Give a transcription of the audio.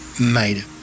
made